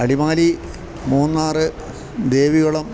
Adimali Munnar Devikulam